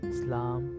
Islam